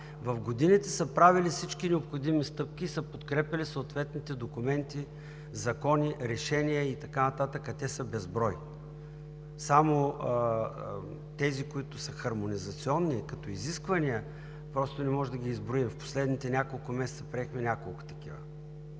в годините са правили всички необходими стъпки и са подкрепяли съответните документи, закони, решения и така нататък, а те са безброй. Само тези, които са хармонизационни като изисквания, просто не можем да ги изброим. В последните няколко месеца приехме няколко такива.